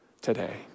today